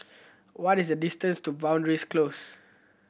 what is the distance to Boundary's Close